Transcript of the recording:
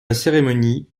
cérémonie